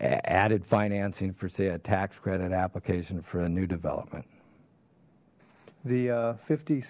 added financing for say a tax credit application for a new development the